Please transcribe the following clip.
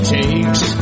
takes